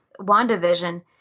WandaVision